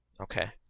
Okay